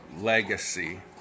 Legacy